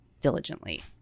diligently